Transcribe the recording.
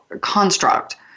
construct